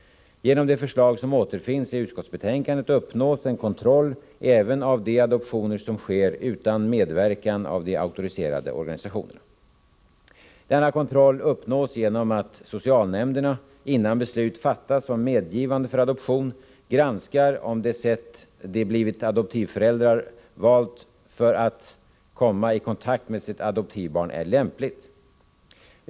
Genom de förslag som återfinns i utskottsbetänkandet uppnås en kontroll även av de adoptioner som sker utan medverkan av de auktoriserade organisationerna. Denna kontroll uppnås genom att socialnämnderna, innan beslut fattas om medgivande för adoption, granskar om det sätt de blivande adoptionsföräldrarna valt för att komma i kontakt med sitt adoptivbarn är lämpligt.